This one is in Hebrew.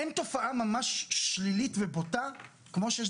אין תופעה ממש שלילית ובוטה כמו שיש,